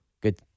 Good